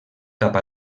cap